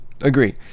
agree